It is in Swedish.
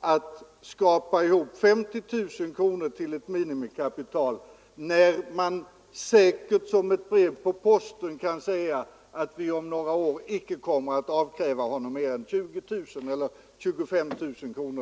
att skrapa ihop 50 000 kronor till ett minimikapital, när det säkert som ett brev på posten om några år kommer en bestämmelse om att han inte skall avkrävas mer än 25 000 kronor?